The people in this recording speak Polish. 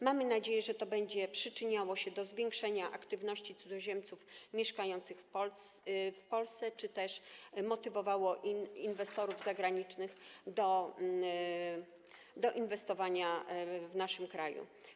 Mamy nadzieję, że to będzie przyczyniało się do zwiększenia aktywności cudzoziemców mieszkających w Polsce czy też motywowało inwestorów zagranicznych do inwestowania w naszym kraju.